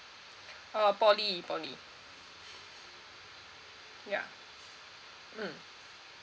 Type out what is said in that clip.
uh poly poly ya mm